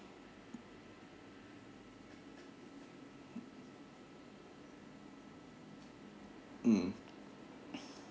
mm